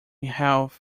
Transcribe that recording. health